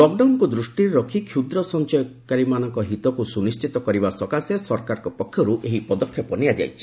lock ଡାଉନକୁ ଦୂଷ୍ଟିରେ ରଖି କ୍ଷୁଦ୍ର ସଞ୍ଚୟ କାରୀମାନଙ୍କ ହିତକୁ ସ୍ୱନିଶ୍ଚିତ କରିବା ସକାଶେ ସରକାରଙ୍କ ପକ୍ଷରୁ ଏହି ପଦକ୍ଷେପ ନିଆଯାଇଛି